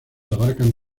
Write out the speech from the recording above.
abarcan